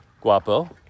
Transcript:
Guapo